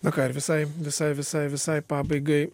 na ką ir visai visai visai visai pabaigai